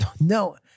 No